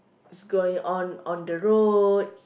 is going on on the road